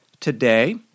today